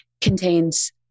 contains